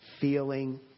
feeling